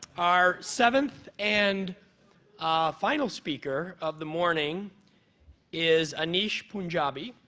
our seventh and final speaker of the morning is anish punjabi,